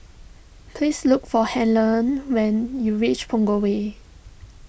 please look for Helen when you reach Punggol Way